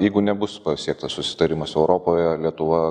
jeigu nebus pasiektas susitarimas europoje lietuva